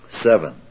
Seven